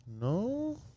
No